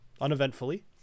uneventfully